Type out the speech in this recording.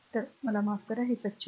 तर मला ह माफ करा हे स्वच्छ करा